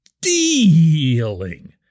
dealing